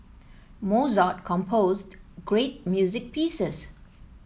Mozart composed great music pieces